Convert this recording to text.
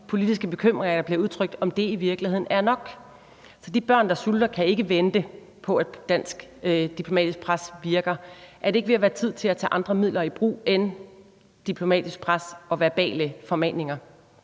politiske bekymringer, der bliver udtrykt, i virkeligheden er nok. De børn, der sulter, kan ikke vente på, at dansk diplomatisk pres virker. Er det ikke ved at være tid til at tage andre midler i brug end diplomatisk pres og verbale formaninger?